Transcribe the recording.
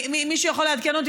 מישהו יכול לעדכן אותי?